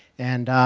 and